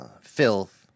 filth